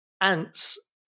Ants